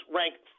ranked